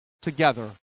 together